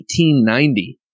1890